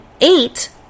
eight